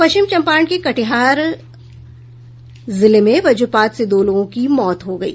पश्चिम चंपारण और कटिहार जिले में वज्रपात से दो लोगों की मौत हो गयी